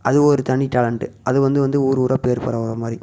அது ஒரு தனி டேலண்ட்டு அது வந்து வந்து ஊர் ஊராக பேர் பரவுகிற மாதிரி